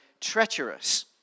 treacherous